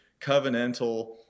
covenantal